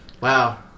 Wow